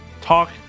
talk